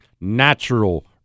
natural